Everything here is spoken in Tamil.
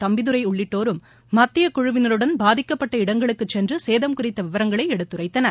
தம்பிதுரை உள்ளிட்டோரும் மத்தியக் குழுவினருடன் பாதிக்கப்பட்ட இடங்களுக்கு சென்று சேதம் குறித்த விவரங்களை எடுத்துரைத்தனர்